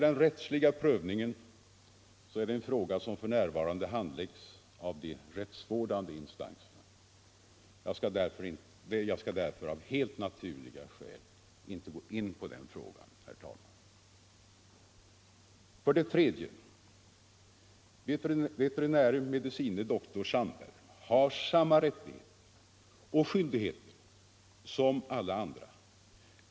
Den rättsliga prövningen handläggs för närvarande av de rättsvårdande instanserna. Jag skall därför av helt naturliga skäl inte gå in på den frågan, herr talman. 3. Vet. med. dr Sandberg har samma rättigheter och skyldigheter som alla andra.